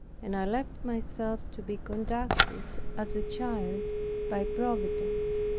and i left myself to be conducted as a child by providence.